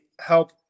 help